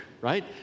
right